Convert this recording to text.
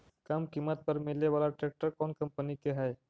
कम किमत पर मिले बाला ट्रैक्टर कौन कंपनी के है?